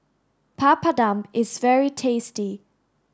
Papadum is very tasty